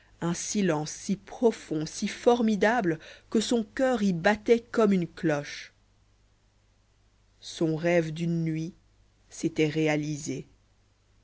un silence si profond si formidable que son coeur y battait comme une cloche son rêve d'une nuit s'était réalisé